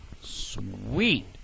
Sweet